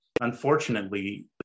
unfortunately